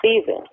season